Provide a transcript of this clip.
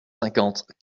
cinquante